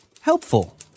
helpful